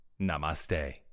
Namaste